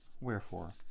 Wherefore